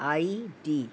ID